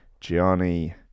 Gianni